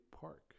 park